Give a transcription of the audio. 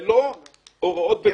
ללא הוראות בטיחות.